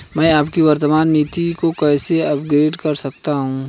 मैं अपनी वर्तमान नीति को कैसे अपग्रेड कर सकता हूँ?